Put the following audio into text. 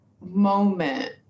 moment